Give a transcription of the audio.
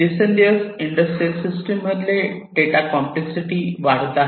दिवसेंदिवस industrial system मधले data complexity वाढत आहे